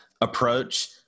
approach